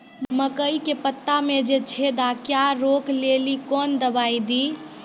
मकई के पता मे जे छेदा क्या रोक ले ली कौन दवाई दी?